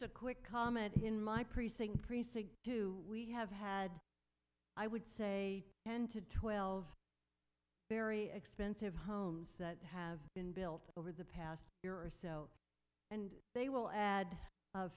a quick comment in my precinct precinct two we have had i would say end to twelve very expensive homes that have been built over the past year or so and they will add a